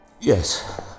Yes